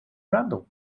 randall